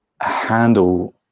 handle